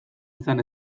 izan